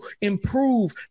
improve